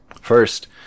First